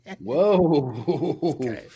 Whoa